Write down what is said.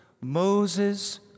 Moses